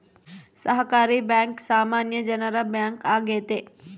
ಸಹಕಾರಿ ಬ್ಯಾಂಕ್ ಸಾಮಾನ್ಯ ಜನರ ಬ್ಯಾಂಕ್ ಆಗೈತೆ